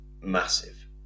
massive